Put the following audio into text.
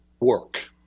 work